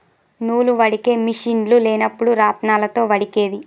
నూలు వడికే మిషిన్లు లేనప్పుడు రాత్నాలతో వడికేది